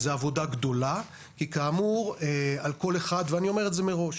זו עבודה גדולה, כי כאמור, ואני אומר את זה מראש